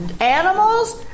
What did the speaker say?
animals